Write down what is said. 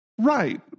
Right